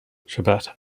shabbat